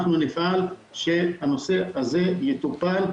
אנחנו נפעל שהנושא הזה יטופל.